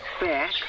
back